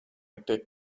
take